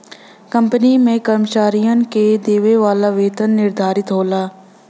company में कर्मचारियन के देवे वाला वेतन निर्धारित होला